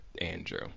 andrew